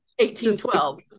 1812